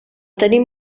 tenim